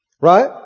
right